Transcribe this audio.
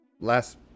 last